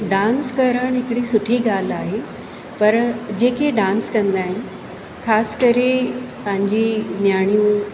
dance करणु हिकिड़ी सुठी ॻाल्हि आहे पर जेके डांस कंदा आहिनि ख़ासि करे पंहिंजी न्याणियूं